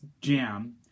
jam